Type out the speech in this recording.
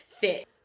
fit